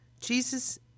Jesus